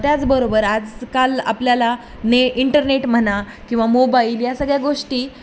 त्याचबरोबर आजकाल आपल्याला ने इंटरनेट म्हणा किंवा मोबाईल या सगळ्या गोष्टी